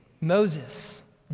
Moses